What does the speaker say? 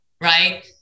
Right